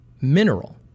mineral